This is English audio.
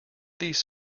these